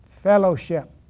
Fellowship